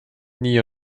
nii